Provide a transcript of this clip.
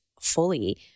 fully